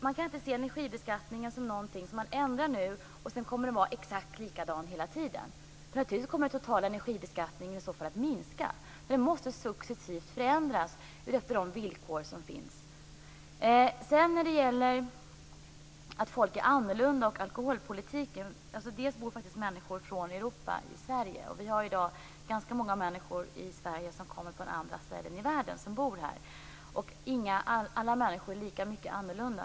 Man kan inte se energibeskattningen som någonting som man ändrar nu och som sedan kommer att vara exakt likadan hela tiden. Naturligtvis kommer den totala energibeskattningen i så fall att minska. Den måste successivt förändras utifrån de villkor som finns. När det gäller alkoholpolitiken och att folk är olika vill jag säga att människor från Europa faktiskt bor i Sverige. I Sverige bor i dag ganska många människor som kommer från andra ställen i världen. Alla människor är lika mycket annorlunda.